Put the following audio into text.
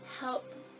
help